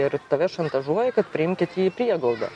ir tave šantažuoja kad priimkit jį į prieglaudą